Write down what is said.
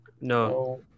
No